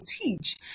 teach